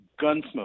Gunsmoke